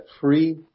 free